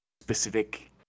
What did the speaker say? specific